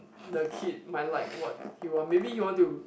the kid might like what he want maybe he want to